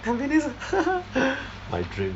continue my dream